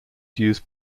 use